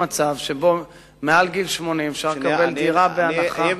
אני לא מכיר מצב שבו מעל גיל 80 אפשר לקבל דירה בהנחה.